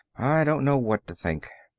i don't know what to think.